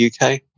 uk